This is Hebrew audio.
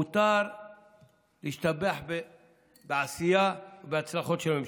מותר להשתבח בעשייה ובהצלחות של הממשלה.